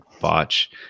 botch